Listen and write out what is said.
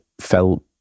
felt